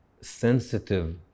sensitive